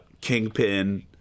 Kingpin